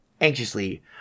anxiously